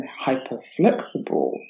hyperflexible